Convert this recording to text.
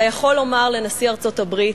אתה יכול לומר לנשיא ארצות-הברית,